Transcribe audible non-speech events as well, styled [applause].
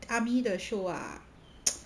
army 的 show 啊 [noise]